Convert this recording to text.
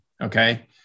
Okay